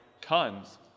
tons